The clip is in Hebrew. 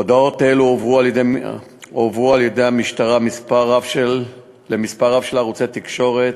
הודעות אלה הועברו על-ידי המשטרה למספר רב של ערוצי תקשורת,